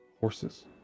horses